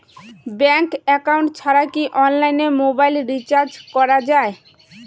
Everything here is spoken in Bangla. ব্যাংক একাউন্ট ছাড়া কি অনলাইনে মোবাইল রিচার্জ করা যায়?